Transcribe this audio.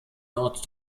nord